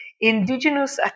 indigenous